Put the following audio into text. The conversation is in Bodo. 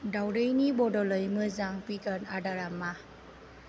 दाउदैनि बद'लै मोजां बिगार आदारा मा